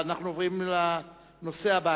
אנחנו עוברים להצעות לסדר-היום מס' 253 ו-275 בנושא: